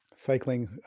Cycling